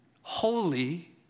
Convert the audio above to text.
Holy